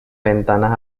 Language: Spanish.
ventanas